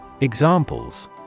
Examples